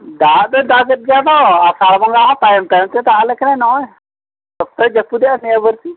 ᱫᱟᱜ ᱫᱚ ᱫᱟᱜᱮᱫ ᱜᱮᱭᱟ ᱟᱫᱚ ᱟᱥᱟᱲ ᱵᱚᱸᱜᱟ ᱛᱟᱭᱚᱢ ᱛᱟᱭᱚᱢᱛᱮ ᱫᱟᱜ ᱟᱞᱮ ᱠᱟᱱᱟᱭ ᱱᱚᱜᱼᱚᱸᱭ ᱥᱚᱠᱛᱚᱭ ᱡᱟᱹᱯᱩᱫᱮᱜᱼᱟ ᱱᱤᱭᱚ ᱵᱟᱨᱥᱤᱧ